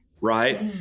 right